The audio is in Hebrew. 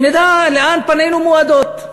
שנדע לאן פנינו מועדות.